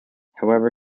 however